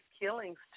killings